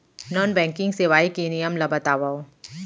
Non banking सेवाएं के नियम ला बतावव?